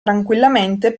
tranquillamente